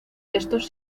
estos